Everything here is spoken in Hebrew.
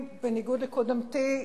בניגוד לקודמתי,